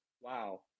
wow